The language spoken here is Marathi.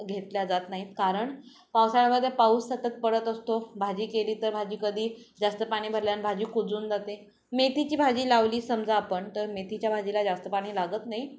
घेतल्या जात नाहीत कारण पावसाळ्यामध्ये पाऊस सतत पडत असतो भाजी केली तर भाजी कधी जास्त पाणी भरल्याने भाजी कुजून जाते मेथीची भाजी लावली समजा आपण तर मेथीच्या भाजीला जास्त पाणी लागत नाही